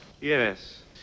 Yes